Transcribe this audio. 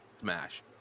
Smash